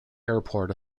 airport